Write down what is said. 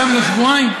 שבועיים?